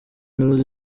melody